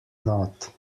not